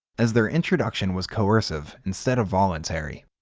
as their introduction was coercive instead of voluntary.